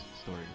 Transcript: story